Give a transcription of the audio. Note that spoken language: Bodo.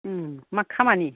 मा खामानि